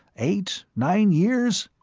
eight, nine years?